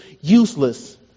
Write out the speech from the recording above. useless